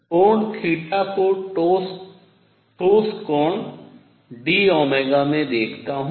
कोण θ को ठोस कोण d में देखता हूँ